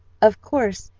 of course,